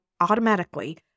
automatically